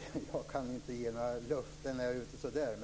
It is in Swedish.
Herr talman! Jag kan inte ge några löften. Jag sade